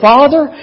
Father